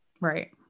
Right